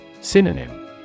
Synonym